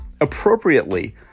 Appropriately